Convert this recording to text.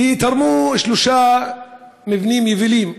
שתרמו שלושה מבנים יבילים,